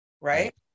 Right